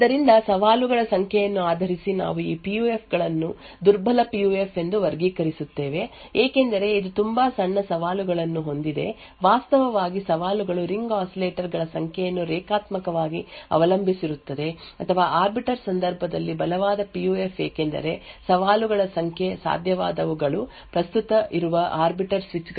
ಆದ್ದರಿಂದ ಸವಾಲುಗಳ ಸಂಖ್ಯೆಯನ್ನು ಆಧರಿಸಿ ನಾವು ಈ ಪಿಯುಎಫ್ ಗಳನ್ನು ದುರ್ಬಲ ಪಿಯುಎಫ್ ಎಂದು ವರ್ಗೀಕರಿಸುತ್ತೇವೆ ಏಕೆಂದರೆ ಇದು ತುಂಬಾ ಸಣ್ಣ ಸವಾಲುಗಳನ್ನು ಹೊಂದಿದೆ ವಾಸ್ತವವಾಗಿ ಸವಾಲುಗಳು ರಿಂಗ್ ಆಸಿಲೇಟರ್ ಗಳ ಸಂಖ್ಯೆಯನ್ನು ರೇಖಾತ್ಮಕವಾಗಿ ಅವಲಂಬಿಸಿರುತ್ತದೆ ಅಥವಾ ಆರ್ಬಿಟರ್ ಸಂದರ್ಭದಲ್ಲಿ ಬಲವಾದ ಪಿಯುಎಫ್ ಏಕೆಂದರೆ ಸವಾಲುಗಳ ಸಂಖ್ಯೆ ಸಾಧ್ಯವಾದವುಗಳು ಪ್ರಸ್ತುತ ಇರುವ ಆರ್ಬಿಟರ್ ಸ್ವಿಚ್ ಗಳ ಸಂಖ್ಯೆಗೆ ಘಾತೀಯವಾಗಿ ಸಂಬಂಧಿಸಿವೆ